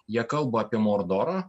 jie kalba apie mordorą